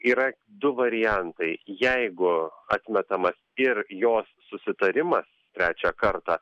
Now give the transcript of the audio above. yra du variantai jeigu atmetamas ir jos susitarimas trečią kartą